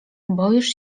boisz